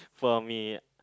for me